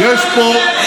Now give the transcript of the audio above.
יש פה,